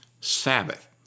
Sabbath